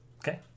Okay